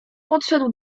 podszedł